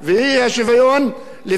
התפקיד של התקשורת הוא